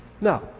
Now